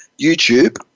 YouTube